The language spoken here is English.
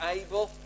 able